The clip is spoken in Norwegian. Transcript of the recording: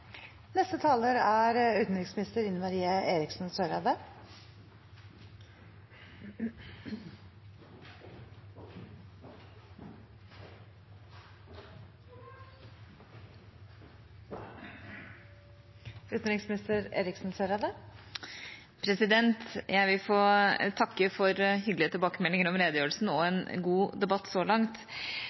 Jeg vil få takke for hyggelige tilbakemeldinger om redegjørelsen og for en god debatt så langt.